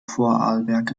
vorarlberg